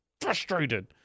frustrated